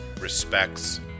respects